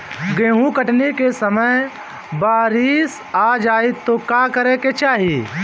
गेहुँ कटनी के समय बारीस आ जाए तो का करे के चाही?